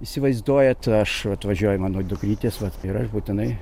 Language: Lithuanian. įsivaizduojat aš atvažiuoja mano dukrytės vat ir aš būtinai